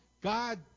God